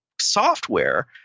software